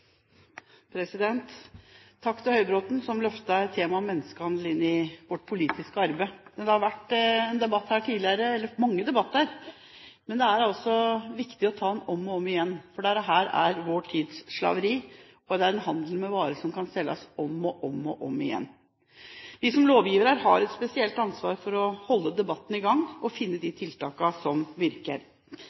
dagsordenen. Takk til Høybråten som løfter temaet menneskehandel inn i vårt politiske arbeid. Det har tidligere vært mange debatter om dette, men det er viktig å ta debatten om og om igjen. Dette er vår tids slaveri. Det er handel med en vare som kan selges om og om igjen. Vi som lovgivere har et spesielt ansvar for å holde debatten i gang og å finne de tiltakene som virker.